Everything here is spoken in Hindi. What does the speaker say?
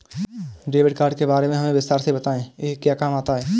डेबिट कार्ड के बारे में हमें विस्तार से बताएं यह क्या काम आता है?